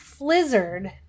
Flizzard